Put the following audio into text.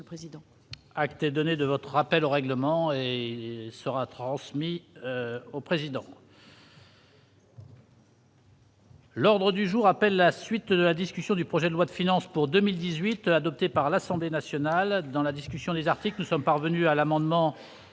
L'ordre du jour appelle la suite de la discussion du projet de loi de finances pour 2018 adopté par l'Assemblée nationale dans la discussion des articles, nous sommes parvenus à l'amendement